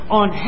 on